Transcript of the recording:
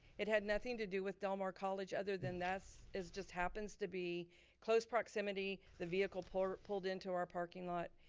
it had nothing to do with del mar college other than that's is just happens to be close proximity, the vehicle pulled pulled into our parking lot.